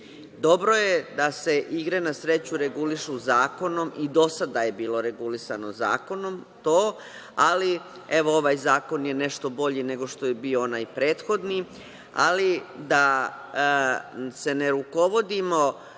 Dobro je da se igre na sreću regulišu zakonom i do sada je bilo regulisano zakonom, ali ovaj zakon je nešto bolji nego što je bio onaj prethodni, ali da se ne rukovodimo